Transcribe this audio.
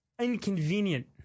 inconvenient